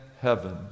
heaven